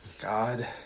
God